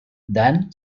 then